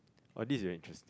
orh this is very interesting